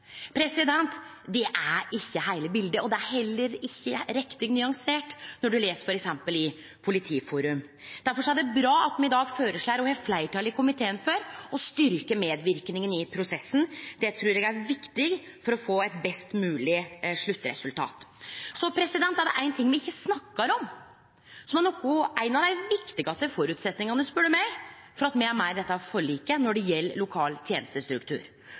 Det er ikkje heile biletet, og det er heller ikkje riktig nyansert når ein les f.eks. Politiforum. Difor er det bra at me i dag føreslår, og at det er eit fleirtal i komiteen for å styrkje medverknaden i prosessen. Det trur eg er viktig for å få eit best mogleg sluttresultat. Det er ein ting me ikkje snakkar om når det gjeld lokal tenestestruktur, og som er ein av dei viktigaste føresetnadene, spør du meg, for at me er med i dette forliket. Det